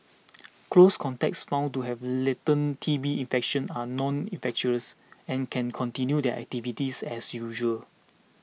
close contacts found to have latent T B infection are not infectious and can continue their activities as usual